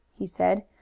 he said.